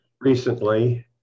recently